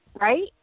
right